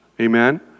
Amen